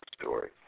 story